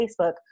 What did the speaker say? Facebook